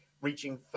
reaching